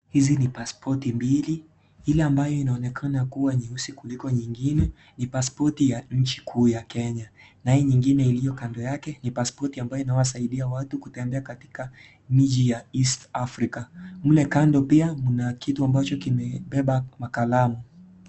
Hizi ni (CSD)passpoti(CS) mbili ile ambayo inaonekana kuwa nyeusi kuliko nyingine ni (CS)paspoti (CS)ya nchi kuu ya Kenya na hii nyingine iliyo kando yake ni (CS)paspoti(CS) ambayo inawasaidia watu kutembea katika nchi ya East Afrika. Mle kando pia kuna kitu kimebeba makalamu.